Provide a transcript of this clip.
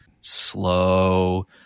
slow